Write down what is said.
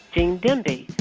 gene demby.